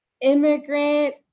immigrant